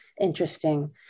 interesting